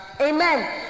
Amen